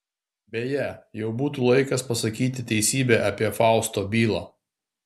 beje jau būtų laikas pasakyti teisybę apie fausto bylą